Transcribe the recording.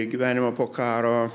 į gyvenimą po karo